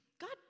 God